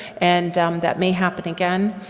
and that may happen again.